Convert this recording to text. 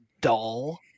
dull